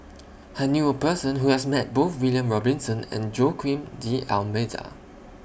I knew A Person Who has Met Both William Robinson and Joaquim D'almeida